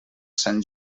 sant